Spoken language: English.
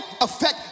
affect